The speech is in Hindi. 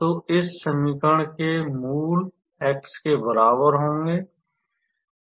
तो इस समीकरण के मूल x के बराबर होंगे